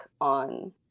on